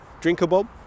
drinkable